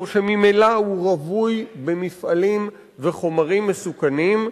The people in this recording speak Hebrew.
שממילא הוא רווי במפעלים וחומרים מסוכנים,